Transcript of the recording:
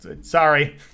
Sorry